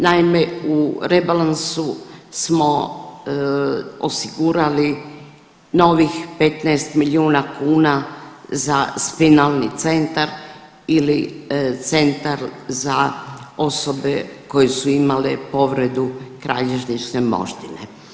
Naime, u rebalansu smo osigurali novih 15 milijuna kuna za spinalni centra ili centar za osobe koje su imale povredu kralježnične moždine.